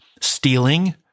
Stealing